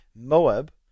moab